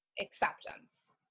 acceptance